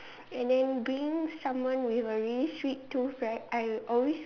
and then being someone with a really sweet tooth right I always